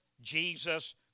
Jesus